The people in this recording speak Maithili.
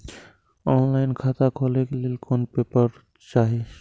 ऑनलाइन खाता खोले के लेल कोन कोन पेपर चाही?